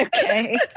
Okay